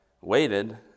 waited